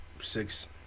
six